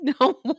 No